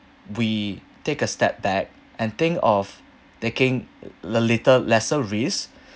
we take a step back and think of taking a little lesser risk